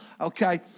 okay